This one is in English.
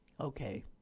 Okay